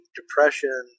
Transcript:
depression